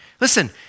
Listen